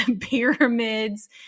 pyramids